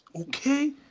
okay